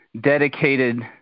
dedicated